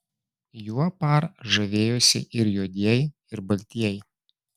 juo par žavėjosi ir juodieji ir baltieji